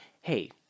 hey